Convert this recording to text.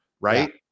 right